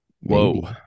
whoa